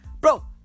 Bro